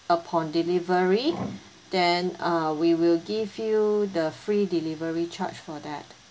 upon delivery then uh we will give you the free delivery charge for that